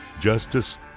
justice